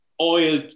oil